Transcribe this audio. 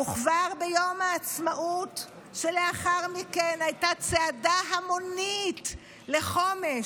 כבר ביום העצמאות שלאחר מכן הייתה צעדה המונית לחומש.